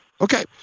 okay